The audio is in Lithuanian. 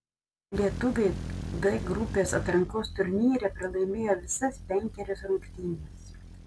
lietuviai d grupės atrankos turnyre pralaimėjo visas penkerias rungtynes